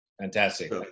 Fantastic